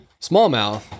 smallmouth